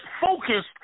focused